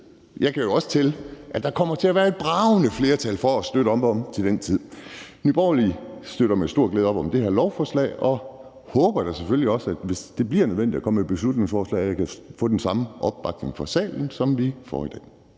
jeg kan jo også tælle – at der kommer til at være et bragende flertal for at støtte op om til den tid. Nye Borgerlige støtter med stor glæde op om det her lovforslag, og jeg håber da selvfølgelig også, at jeg, hvis det bliver nødvendigt at komme med et beslutningsforslag, kan få den samme opbakning fra salen, som vi ser i dag.